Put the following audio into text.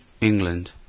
England